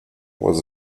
was